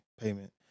payment